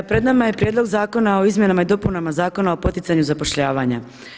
Pred nama je Prijedlog zakona o Izmjenama i dopunama Zakona o poticanju zapošljavanja.